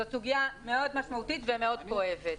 זאת סוגיה מאוד משמעותית ומאוד כואבת.